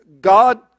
God